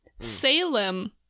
Salem